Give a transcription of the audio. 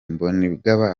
mbonigaba